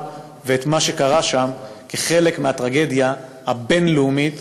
ואת מה שקרה שם כחלק מהטרגדיה הבין-לאומית